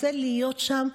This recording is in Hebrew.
רוצה להיות שם.